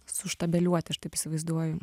suštabeliuoti aš taip įsivaizduoju